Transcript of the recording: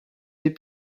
des